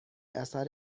اثر